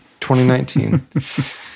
2019